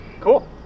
cool